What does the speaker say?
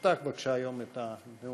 פתח בבקשה היום את הנאומים.